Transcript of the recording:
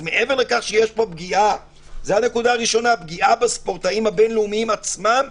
יש פה פגיעה בספורטאים הבין-לאומיים עצמם,